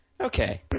Okay